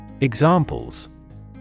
Examples